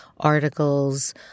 articles